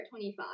25